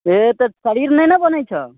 से तऽ शरीर नहि ने बनै छौ